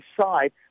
side